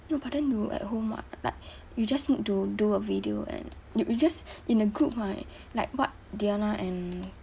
no but then you at home [what] like you just need to do a video and you you just in a group right like what diana and